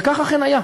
וכך אכן היה.